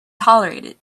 tolerated